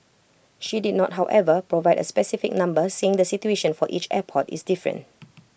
she did not however provide A specific number saying the situation for each airport is different